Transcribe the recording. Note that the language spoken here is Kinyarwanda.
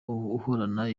uhorana